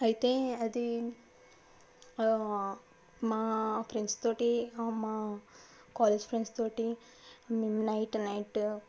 అయితే అది మా ఫ్రెండ్స్ తోటి మా కాలేజీ ఫ్రెండ్స్ తోటి మేం నైట్ నైట్